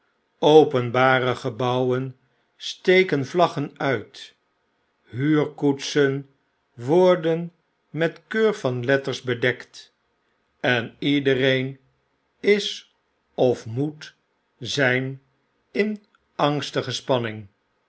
openbare gebouwen steken vlaggen mt huurkoetsen worden met keur van letters bedekt en iedereenis of moet zijn in angstige spanning